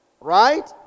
Right